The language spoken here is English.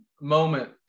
moment